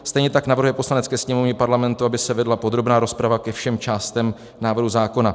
Stejně tak navrhuje Poslanecké sněmovně Parlamentu, aby se vedla podrobná rozprava ke všem částem návrhu zákona.